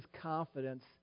confidence